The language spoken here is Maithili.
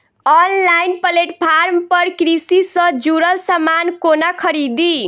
ऑनलाइन प्लेटफार्म पर कृषि सँ जुड़ल समान कोना खरीदी?